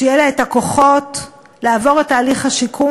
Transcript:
שיהיו לה הכוחות לעבור את תהליך השיקום